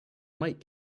might